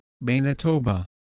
Manitoba